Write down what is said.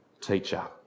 teacher